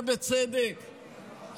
ובצדק,